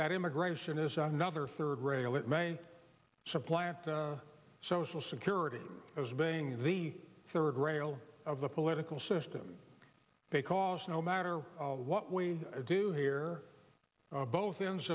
that immigration is another third rail it may supplant the social security as being the third rail of the political system because no matter what we do here both ends